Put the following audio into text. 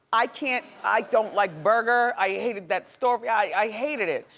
i can't, i don't like berger, i hated that story, i hated it.